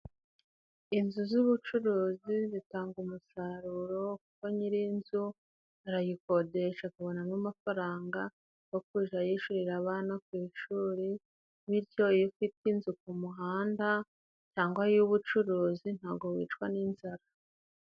Inzu z'ubucuruzi zitanga umusaruro kuko nyiri'inzu, arayikodesha akabonamo amafaranga go kuja yishurira abana ku ishuri. Bityo iyo ufite inzu ku muhanda cyangwa iy'ubucuruzi ntago wicwa n'inzara.